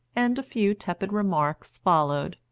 and a few tepid remarks followed.